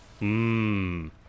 Mmm